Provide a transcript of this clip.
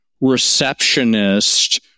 receptionist